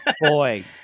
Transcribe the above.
Boy